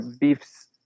beefs